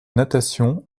natation